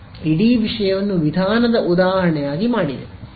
ಇಡೀ ವಿಷಯವನ್ನು ವಿಧಾನದ ಉದಾಹರಣೆಯಾಗಿ ಮಾಡಿದೆ